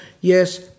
yes